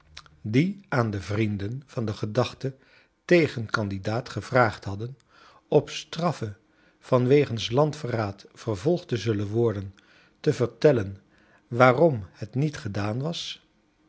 die aan de vrienden van den geachten tegencandidaat gevra agd hadden op straffe van wegens landverraad vervolgd te zullen worden te vertellen waarom het niet gedaan was